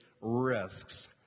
risks